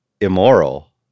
immoral